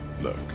Look